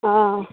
हॅं